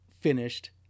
finished